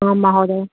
आं महोदय